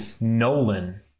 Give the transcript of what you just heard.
Nolan